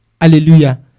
Hallelujah